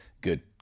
Good